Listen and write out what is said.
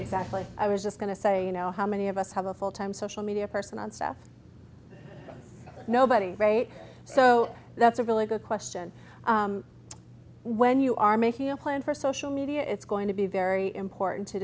exactly i was just going to say you know how many of us have a full time social media person on staff nobody right so that's a really good question when you are making a plan for social media it's going to be very important to